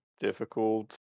difficult